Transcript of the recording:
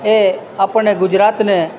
એ આપણે ગુજરાતને